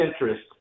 interest